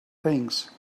things